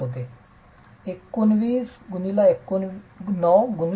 विद्यार्थीः 19 x 9 19 x 9 x 9 units